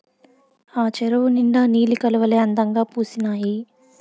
ఆ చెరువు నిండా నీలి కలవులే అందంగా పూసీనాయి